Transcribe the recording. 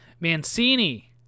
Mancini